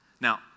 Now